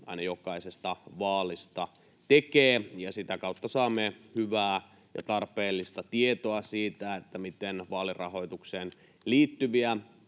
aina jokaisesta vaalista tekee ja sitä kautta saamme hyvää ja tarpeellista tietoa siitä, miten vaalirahoitukseen liittyviä